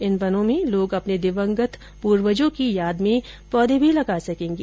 इन वनों में लोग अपने दिवंगत पुर्वजों की स्मृति में पौधे भी लगा सकेंगे